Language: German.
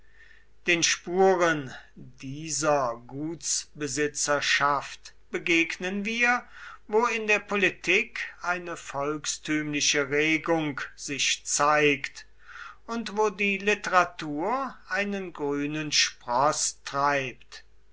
den spuren dieser gutsbesitzerschaft begegnen wir wo in der politik eine volkstümliche regung sich zeigt und wo die literatur einen grünen sproß treibt